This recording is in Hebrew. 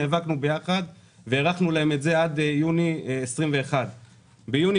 נאבקנו ביחד והארכנו להם את זה עד יוני 2021. ביוני,